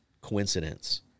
coincidence